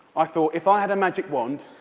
i thought if i had a magic wand,